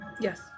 Yes